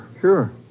Sure